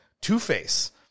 Two-Face